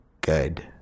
good